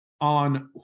on